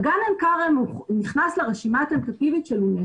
אגם עין כרם נכנס לרשימה של אונסקו.